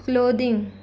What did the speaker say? clothing